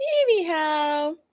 Anyhow